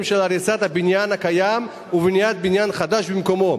של הריסת הבניין הקיים ובניית בניין חדש במקומו.